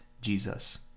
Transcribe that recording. Jesus